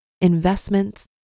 investments